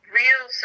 real